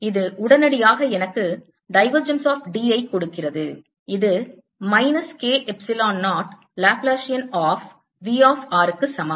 இது உடனடியாக எனக்கு divergence of D ஐக் கொடுக்கிறது இது minus K epsilon 0 Laplacian of V of r க்கு சமம்